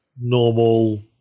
normal